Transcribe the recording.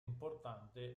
importante